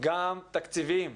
גם תקציבים,